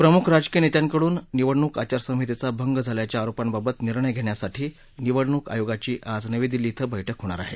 प्रमुख राजकीय नेत्यांकडून निवडणूक आचार संहितेचा भंग झाल्याच्या आरोपांबाबत निर्णय घेण्यासाठी निवडणूक आयोगाची आज नवी दिल्ली ड्ड ंबैठक होणार आहे